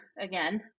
again